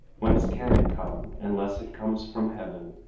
whence can it come, unless it comes from heaven,